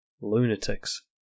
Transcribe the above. lunatics